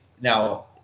Now